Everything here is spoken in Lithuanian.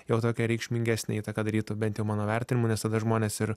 jau tokią reikšmingesnę įtaką darytų bent jau mano vertinimu nes tada žmonės ir